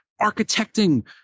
architecting